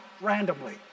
randomly